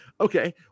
Okay